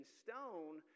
stone